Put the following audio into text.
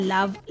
Love